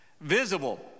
Visible